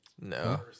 No